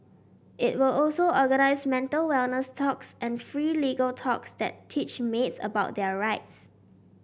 it will also organize mental wellness talks and free legal talks that teach maids about their rights